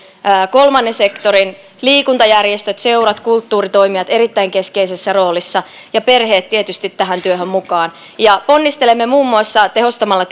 kolmannen sektorin toimijat liikuntajärjestöt seurat ja kulttuuritoimijat ovat erittäin keskeisessä roolissa ja perheet otetaan tietysti tähän työhön mukaan ponnistelemme muun muassa tehostamalla